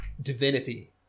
divinity